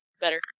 Better